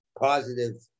positive